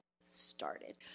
started